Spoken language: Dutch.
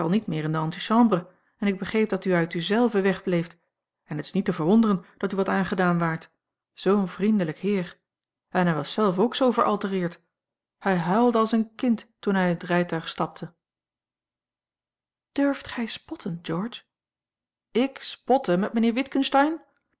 niet meer in de antichambre en ik begreep dat u uit u zelve wegbleeft en het is niet te verwonderen dat u wat aangedaan waart zoo'n vriendelijk heer en hij was zelf ook zoo veraltereerd hij huilde als een kind toen hij in het rijtuig stapte durft gij spotten george ik spotten met mijnheer